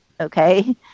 Okay